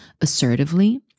assertively